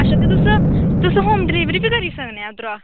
अच्छा भी तुस होम डिलीवरी बी करी सकने आं उद्धरा